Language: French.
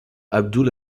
abdul